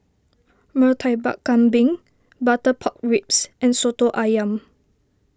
Murtabak Kambing Butter Pork Ribs and Soto Ayam